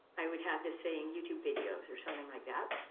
i would have this saying youtube videos, or something like that.